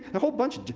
a whole bunch of,